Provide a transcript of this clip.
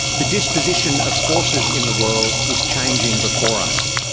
the disposition of forces in the world is changing before us.